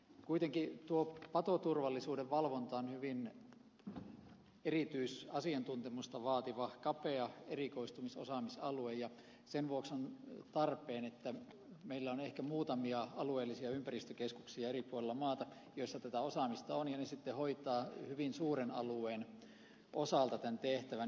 kuitenkin tuo patoturvallisuuden valvonta on hyvin erityistä asiantuntemusta vaativa kapea erikoistumisosaamisalue ja sen vuoksi on tarpeen että meillä on ehkä muutamia alueellisia ympäristökeskuksia eri puolilla maata joissa tätä osaamista on ja ne sitten hoitavat hyvin suuren alueen osalta tämän tehtävän